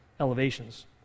elevations